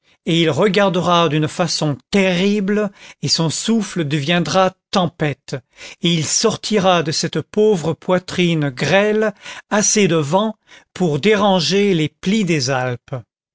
et il regardera d'une façon terrible et son souffle deviendra tempête et il sortira de cette pauvre poitrine grêle assez de vent pour déranger les plis des alpes